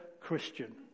Christian